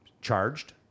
charged